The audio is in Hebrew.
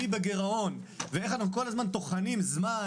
מי בגירעון ואיך אנחנו כל הזמן טוחנים זמן